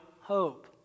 hope